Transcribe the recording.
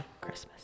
Christmas